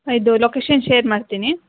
ಇದು location share ಮಾಡ್ತೀನಿ